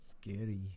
Scary